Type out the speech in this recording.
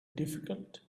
difficult